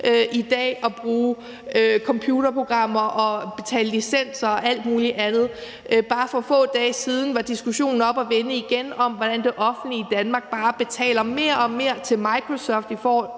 i dag at bruge computerprogrammer og betale licenser og alt muligt andet. Bare for få dage siden var diskussionen oppe at vende igen om, hvordan det offentlige Danmark bare betaler mere og mere til Microsoft i form